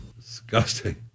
disgusting